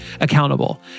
accountable